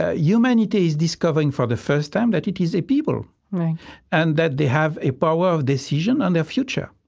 ah humanity is discovering for the first time that it is a people right and that they have the power of decision in their future.